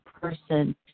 person